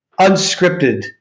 unscripted